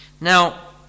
Now